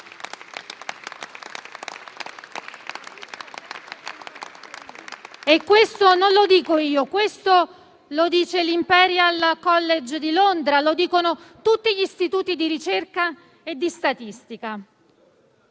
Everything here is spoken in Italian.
Questo non lo dico io, ma lo dice l'Imperial college di Londra e lo dicono tutti gli istituti di ricerca e di statistica.